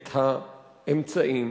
את האמצעים,